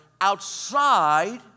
outside